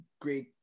great